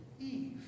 Eve